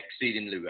exceedingly